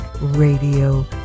radio